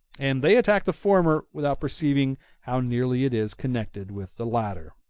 and they attack the former without perceiving how nearly it is connected with the latter.